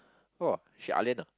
!wah! she ah lian ah